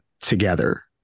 together